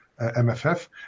MFF